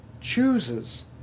chooses